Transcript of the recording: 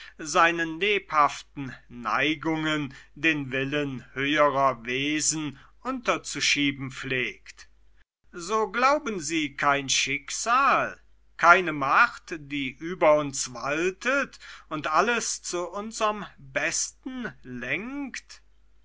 seinen lebhaften neigungen den willen höherer wesen unterzuschieben pflegt so glauben sie kein schicksal keine macht die über uns waltet und alles zu unserm besten lenkt